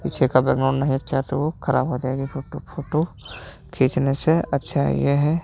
पीछे का बैकगॉउन्ड नहीं अच्छा है तो वो खराब हो जाएगी फोटो खींचने से अच्छा ये है